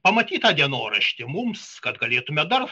pamatyt tą dienoraštį mums kad galėtume dar